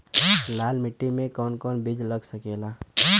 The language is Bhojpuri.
लाल मिट्टी में कौन कौन बीज लग सकेला?